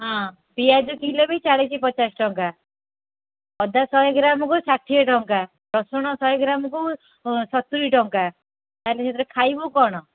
ହଁ ପିଆଜ କିଲେ ବି ଚାଳିଶି ପଚାଶ ଟଙ୍କା ଅଦା ଶହେ ଗ୍ରାମକୁ ଷାଠିଏ ଟଙ୍କା ରସୁଣ ଶହେ ଗ୍ରାମକୁ ସତୁରୀ ଟଙ୍କା ତାହେନେ ସେଥିରେ ଖାଇବୁ କ'ଣ